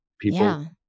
people